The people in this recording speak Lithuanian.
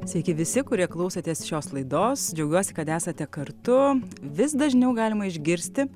sveiki visi kurie klausotės šios laidos džiaugiuosi kad esate kartu vis dažniau galima išgirsti